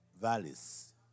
valleys